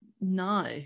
no